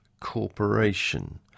Corporation